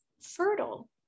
fertile